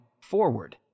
forward